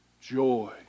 Joy